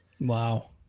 Wow